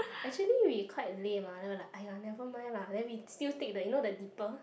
actually we quite lame ah then we're like !aiya! never mind lah then we still take the you know the dipper